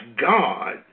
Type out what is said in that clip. God